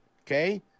Okay